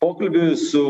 pokalbiui su